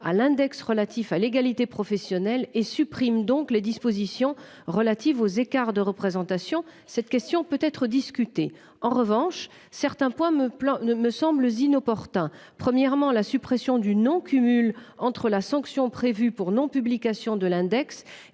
à l'index relatif à l'égalité professionnelle et supprime donc les dispositions relatives aux écarts de représentation cette question peut être discutée en revanche certains points me ne me semble inopportun. Premièrement la suppression du non-cumul entre la sanction prévue pour non-. Publication de l'index